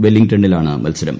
വെല്ലിങ്ടണിലാണ് മത്സരം